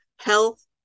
health